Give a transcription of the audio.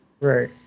Right